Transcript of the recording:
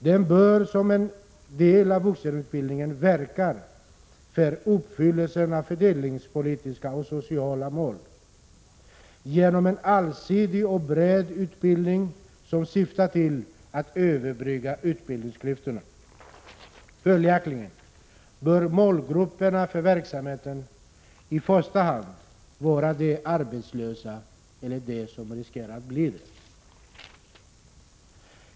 Den bör som en del av vuxenutbildningen verka för uppfyllelsen av fördelningspolitiska och sociala mål genom en allsidig och bred utbildning, som syftar till att överbrygga utbildningsklyftorna. Följaktligen bör målgrupperna för verksamheten i första hand vara de arbetslösa eller de som riskerar att bli det.